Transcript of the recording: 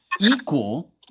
equal